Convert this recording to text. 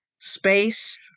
space